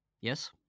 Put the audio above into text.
Yes